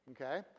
okay